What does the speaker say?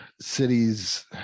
Cities